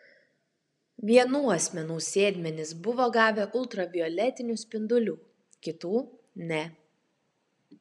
vienų asmenų sėdmenys buvo gavę ultravioletinių spindulių kitų ne